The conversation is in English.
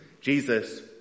Jesus